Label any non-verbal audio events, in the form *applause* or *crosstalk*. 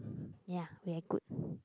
*breath* ya very good *breath*